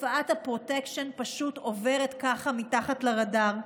תופעת הפרוטקשן פשוט עוברת ככה מתחת לרדאר.